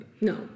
No